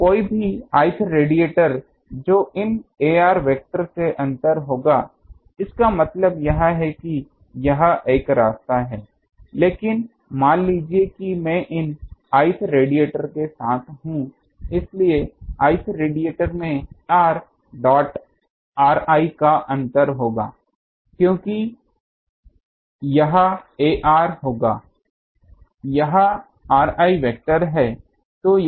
तो कोई भी i th रेडिएटर जो इन ar वेक्टर से अंतर होगा इसका मतलब यह है कि यह एक रास्ता है लेकिन मान लीजिए कि मैं इन i th रेडिएटर के साथ हूं इसलिए i th रेडिएटर में ar डॉट ri का अंतर होगा क्योंकि यही ar होगा यह ri वेक्टर है